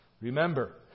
remember